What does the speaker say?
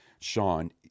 Sean